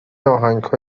آهنگها